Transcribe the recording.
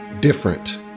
different